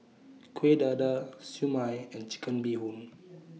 Kuih Dadar Siew Mai and Chicken Bee Hoon